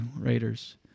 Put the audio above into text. Raiders